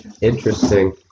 Interesting